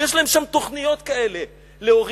ויש להם שם תוכניות כאלה להורים,